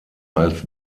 als